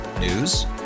News